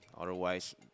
otherwise